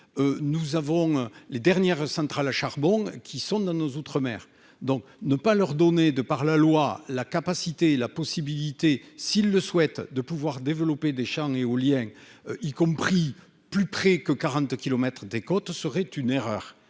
nous avons les dernières centrales à charbon, qui sont dans nos outre-mer donc ne pas leur donner de par la loi, la capacité, la possibilité, s'ils le souhaitent, de pouvoir développer des champs éoliens, y compris plus près que 40 kilomètres des côtes serait une erreur